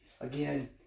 Again